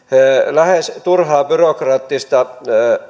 lähes turhaa byrokraattista